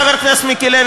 חבר הכנסת מיקי לוי,